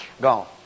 gone